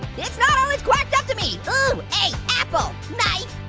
it's not always quacked up to me. ooh, hey apple, nice.